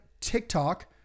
TikTok